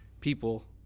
people